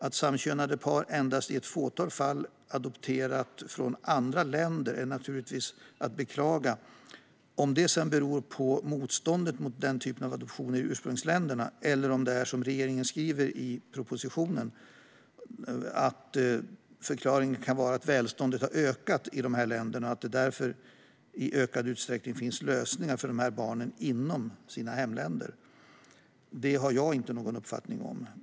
Att samkönade par endast i ett fåtal fall adopterat från andra länder är naturligtvis att beklaga. Om det sedan beror på ett motstånd mot den typen av adoptioner i ursprungsländerna eller om det, som regeringen skriver i propositionen, kan ha sin förklaring i att välståndet har ökat i de här länderna och att det därför i ökad utsträckning finns lösningar för barnen inom hemländerna har jag inte någon uppfattning om.